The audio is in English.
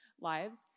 lives